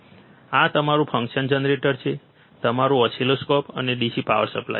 આ તમારું function generator છે તમારું ઓસિલોસ્કોપ અને DC પાવર સપ્લાય